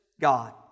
God